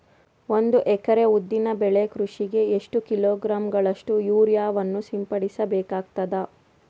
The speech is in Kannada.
ಒಂದು ಎಕರೆ ಉದ್ದಿನ ಬೆಳೆ ಕೃಷಿಗೆ ಎಷ್ಟು ಕಿಲೋಗ್ರಾಂ ಗಳಷ್ಟು ಯೂರಿಯಾವನ್ನು ಸಿಂಪಡಸ ಬೇಕಾಗತದಾ?